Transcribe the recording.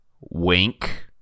Wink